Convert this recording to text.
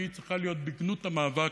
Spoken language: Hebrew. צריכה להיות בגנות המאבק,